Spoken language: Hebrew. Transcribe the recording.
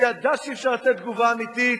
שידע שאי-אפשר לתת תגובה אמיתית,